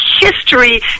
history